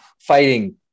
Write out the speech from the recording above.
fighting